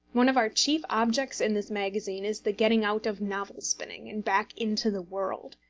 one of our chief objects in this magazine is the getting out of novel spinning, and back into the world.